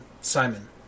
Simon